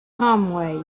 conway